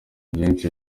byinshi